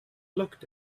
looked